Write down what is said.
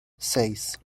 seis